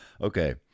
Okay